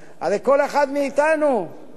שהרפורמה לא תוכל לצאת לדרך,